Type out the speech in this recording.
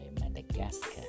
Madagascar